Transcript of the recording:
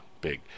big